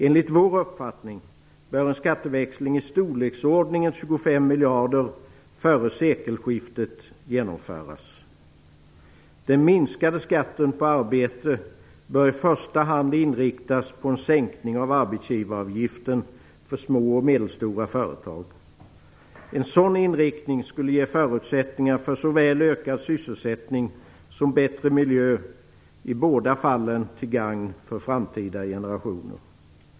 Enligt vår uppfattning bör en skatteväxling i storleksordningen 25 miljarder genomföras före sekelskiftet. Den minskade skatten på arbete bör i första hand inriktas på en sänkning av arbetsgivaravgiften för små och medelstora företag. En sådan inriktning skulle ge förutsättningar såväl för ökad sysselsättning som för bättre miljö - i båda fallen till gagn för framtida generationer.